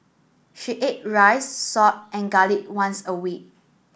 she ate rice salt and garlic once a week